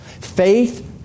Faith